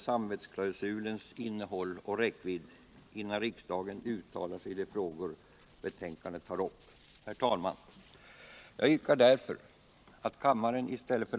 samvetsklausulens innehåll och räckvidd, innan riksdagen yttrar sig i de frågor som betänkandet tar upp.